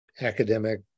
academic